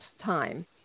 time